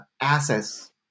assets